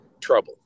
trouble